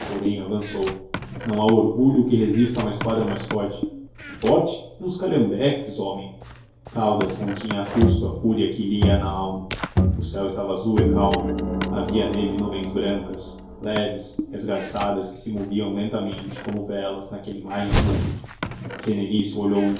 porém avançou não há orgulho que resista a uma esquadra mais forte forte uns calhambeques homem caldas continha a custo a fúria que lhe ia nalma o céu estava azul e calmo havia nele nuvens brancas leves esgarçadas que se moviam lentamente como velas naquele mar infinito genelício olhou-o